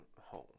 home